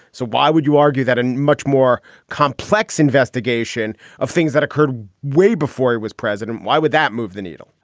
so why would you argue that a and much more complex investigation of things that occurred way before he was president? why would that move the needle?